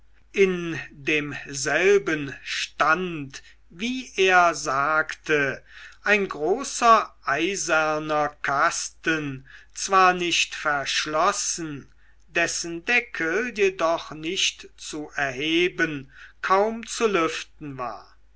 in demselben stand wie er sagte ein großer eiserner kasten zwar nicht verschlossen dessen deckel jedoch nicht zu erheben kaum zu lüften war